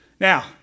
Now